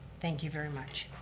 thank you very much.